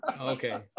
okay